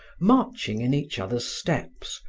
marching in each other's steps,